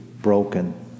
broken